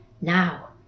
Now